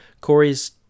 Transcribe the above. Corey's